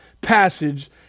passage